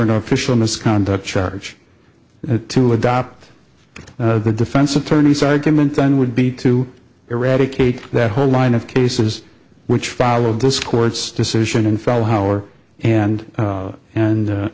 an official misconduct charge it to adopt the defense attorney's argument then would be to eradicate that whole line of cases which followed this court's decision and fell how or and and